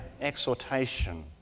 exhortation